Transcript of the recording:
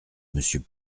monsieur